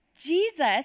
Jesus